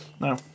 No